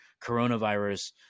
coronavirus